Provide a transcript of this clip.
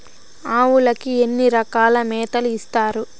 ఆవులకి ఎన్ని రకాల మేతలు ఇస్తారు?